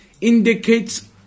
indicates